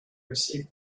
received